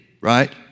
right